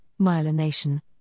myelination